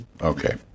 Okay